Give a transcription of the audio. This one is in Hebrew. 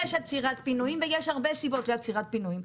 יש עצירת פינויים ויש הרבה סיבות לעצירת פינויים.